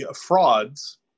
frauds